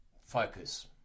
focus